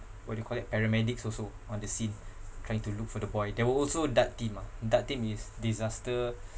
what do you call that paramedics also on the scene trying to look for the boy there were also DART team ah DART team is disaster